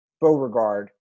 Beauregard